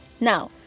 Now